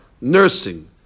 nursing